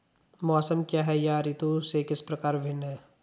मौसम क्या है यह ऋतु से किस प्रकार भिन्न है?